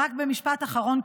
רק במשפט אחרון,